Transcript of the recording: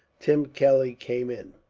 tim kelly came in.